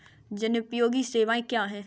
जनोपयोगी सेवाएँ क्या हैं?